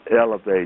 elevate